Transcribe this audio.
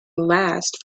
last